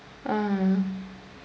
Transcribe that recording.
ah